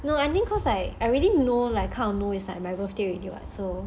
no I think cause like I already know like kind of know it's like my birthday already [what] so